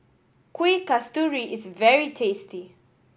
Kuih Kasturi is very tasty